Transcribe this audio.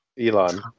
Elon